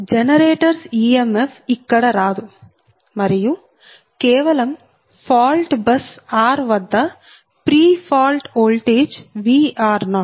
generators EMF ఇక్కడ రాదు మరియు కేవలం ఫాల్ట్ బస్ r వద్ద ప్రీ ఫాల్ట్ ఓల్టేజ్ Vr0